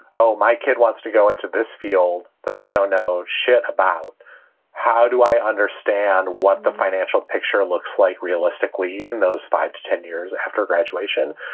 oh, my kid wants to go into this field, but i don't know shit about how do i understand what the financial picture looks like realistically in those five to ten years after graduation.